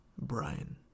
Brian